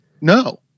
no